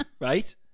right